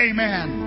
Amen